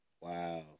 Wow